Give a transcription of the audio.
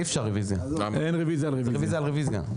אין רביזיה על רביזיה.